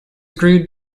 agreed